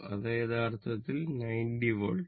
അതാണ് യഥാർത്ഥത്തിൽ 90 വോൾട്ട്